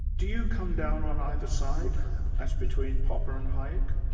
do you come down on either side as between popper and hayek?